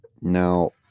now